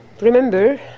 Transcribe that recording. remember